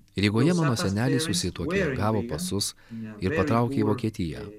rygoje mano seneliai susituokė gavo pasus ir patraukė į vokietiją